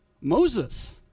Moses